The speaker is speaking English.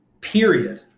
period